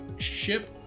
ship